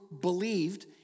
believed